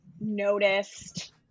noticed